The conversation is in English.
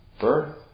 birth